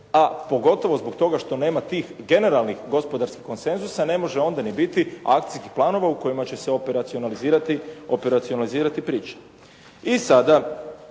a pogotovo zbog toga što nema tih generalnih gospodarskih konsenzusa, ne može onda ni biti akcijskih planova u kojima će se operacionalizirati priča. I sada